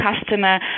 customer